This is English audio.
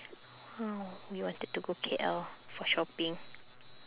uh we wanted to go K_L for shopping